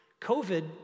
COVID